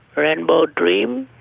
rainbow dream.